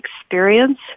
experience